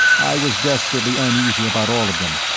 i was desperately uneasy about all of them,